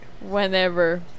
whenever